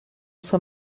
sua